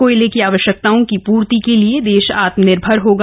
कोयले की आवश्यकताओं की पूर्ति के लिए देश आत्मनिर्भर होगा